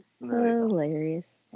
Hilarious